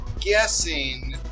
guessing